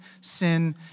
sin